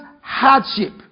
hardship